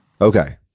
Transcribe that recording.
Okay